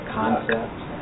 concepts